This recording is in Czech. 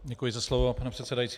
Děkuji za slovo, pane předsedající.